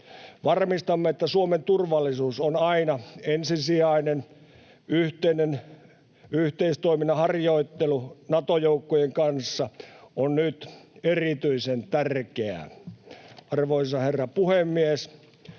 Varmistamme, että Suomen turvallisuus on aina ensisijainen. Yhteistoiminnan harjoittelu Nato-joukkojen kanssa on nyt erityisen tärkeää. Arvoisa herra puhemies!